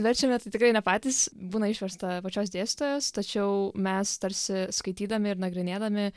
verčiame tai tikrai ne patys būna išversta pačios dėstytojos tačiau mes tarsi skaitydami ir nagrinėdami